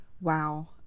Wow